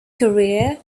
career